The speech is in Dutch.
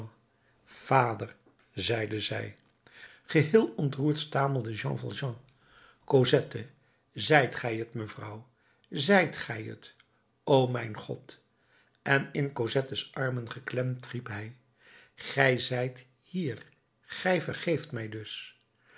vader zeide zij geheel ontroerd stamelde jean valjean cosette zijt gij t mevrouw zijt gij t o mijn god en in cosettes armen geklemd riep hij gij gij zijt hier gij vergeeft mij dus